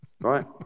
right